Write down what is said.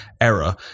Error